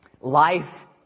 Life